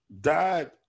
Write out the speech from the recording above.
died